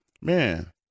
man